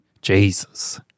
Jesus